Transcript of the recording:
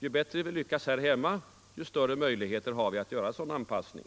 Ju bättre vi lyckas här hemma, desto större möjligheter har vi att göra en sådan anpassning.